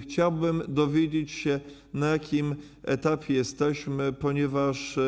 Chciałbym dowiedzieć się, na jakim etapie jesteśmy, ponieważ